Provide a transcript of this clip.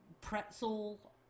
pretzel